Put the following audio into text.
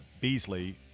Beasley